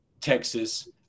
Texas